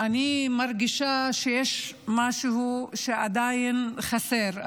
אני מרגישה שיש משהו שעדיין חסר.